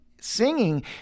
singing